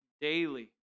Daily